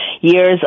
years